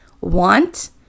want